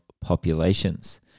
populations